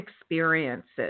experiences